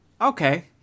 Okay